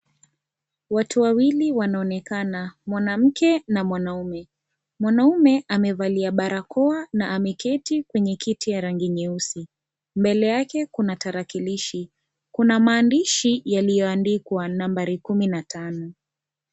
Watu wawili wanaonekana mwanamke na mwanaume, mwanaume amevalia barakoa na ameketi kwenye kiti ya rangi nyeusi, mbele yake kuna tarakilishi kuna maandishi yaliyoandikwa nambari kumi na tano.